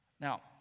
Now